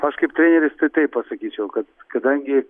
aš kaip treneris tai taip pasakyčiau kad kadangi